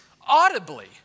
audibly